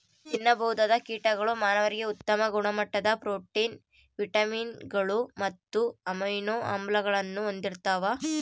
ತಿನ್ನಬಹುದಾದ ಕೀಟಗಳು ಮಾನವರಿಗೆ ಉತ್ತಮ ಗುಣಮಟ್ಟದ ಪ್ರೋಟೀನ್, ವಿಟಮಿನ್ಗಳು ಮತ್ತು ಅಮೈನೋ ಆಮ್ಲಗಳನ್ನು ಹೊಂದಿರ್ತವ